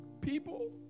people